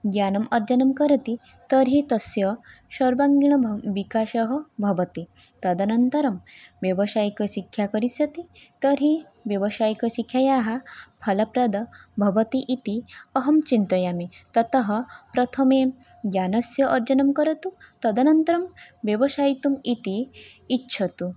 ज्ञानम् अर्जनं करोति तर्हि तस्य सर्वाङ्गीण विकासः भवति तदनन्तरं व्यवसायिकशिक्षां करिष्यति तर्हि व्यवसायिकशिक्षायाः फलप्रदः भवति इति अहं चिन्तयामि ततः प्रथमे ज्ञानस्य अर्जनं करोतु तदनन्तरं व्यवसाययितुम् इति इच्छतु